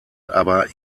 aber